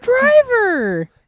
driver